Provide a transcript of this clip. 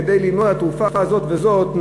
כדי ללמוד על התרופה הזאת והזאת,